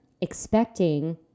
expecting